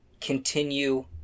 continue